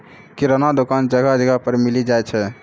किराना दुकान जगह जगह पर मिली जाय छै